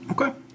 Okay